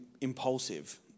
impulsive